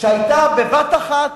שהיתה בבת-אחת